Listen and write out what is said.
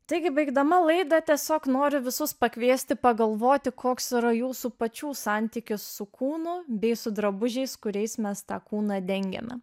taigi baigdama laidą tiesiog noriu visus pakviesti pagalvoti koks yra jūsų pačių santykius su kūnu bei su drabužiais kuriais mes tą kūną dengiame